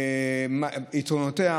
יתרונותיה,